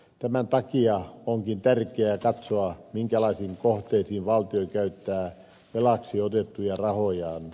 tämän takia onkin tärkeää katsoa minkälaisiin kohteisiin valtio käyttää velaksi otettuja rahojaan